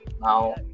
now